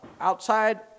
outside